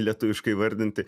lietuviškai įvardinti